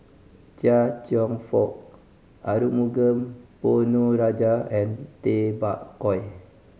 Chia Cheong Fook Arumugam Ponnu Rajah and Tay Bak Koi